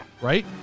Right